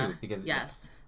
yes